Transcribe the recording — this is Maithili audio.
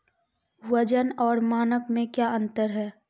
वजन और मानक मे क्या अंतर हैं?